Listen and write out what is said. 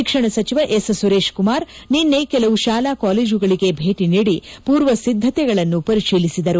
ಶಿಕ್ಷಣ ಸಚಿವ ಎಸ್ ಸುರೇಶ್ ಕುಮಾರ್ ನಿನ್ನೆ ಕೆಲವು ಶಾಲಾ ಕಾಲೇಜುಗಳಿಗೆ ಭೇಟಿ ನೀಡಿ ಪೂರ್ವ ಸಿದ್ದತೆಗಳನ್ನು ಪರಿತೀಲಿಸಿದರು